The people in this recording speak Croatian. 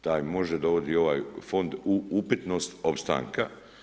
Taj može dovodi ovaj fond u upitnost opstanka.